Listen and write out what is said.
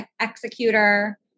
executor